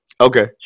Okay